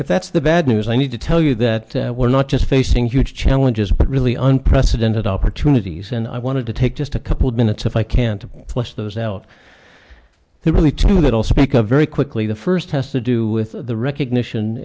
if that's the bad news i need to tell you that we're not just facing huge challenges but really unprecedented opportunities and i wanted to take just a couple of minutes if i can to plus those out there really to that also make a very quickly the first has to do with the recognition